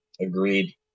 Agreed